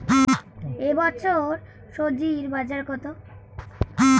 এ বছর স্বজি বাজার কত?